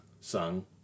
sung